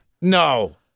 No